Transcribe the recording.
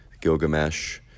Gilgamesh